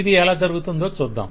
ఇది ఎలా జరుగుతుందో చూద్దాం